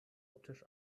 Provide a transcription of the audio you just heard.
optisch